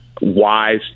wise